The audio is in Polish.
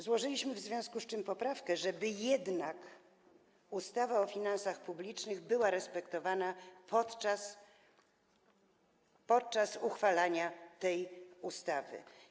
Złożyliśmy w związku z tym poprawkę, żeby jednak ustawa o finansach publicznych była respektowana podczas uchwalania tej ustawy.